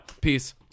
Peace